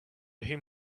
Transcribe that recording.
him